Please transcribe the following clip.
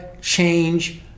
change